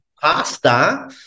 pasta